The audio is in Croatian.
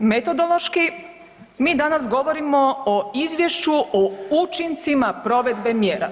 Metodološki mi danas govorimo o izvješću o učincima provedbe mjera.